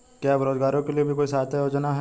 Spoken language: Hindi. क्या बेरोजगारों के लिए भी कोई सहायता योजना है?